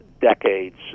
decades